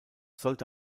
sollte